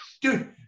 dude